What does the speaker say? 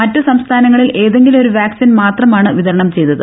മറ്റു സംസ്ഥാനങ്ങളിൽ ഏതെങ്കിലും ഒരു വാക്സിൻ മാത്രമാണ് വിതരണം ചെയ്തത്